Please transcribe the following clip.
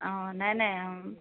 অঁ নাই নাই